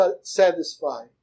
satisfied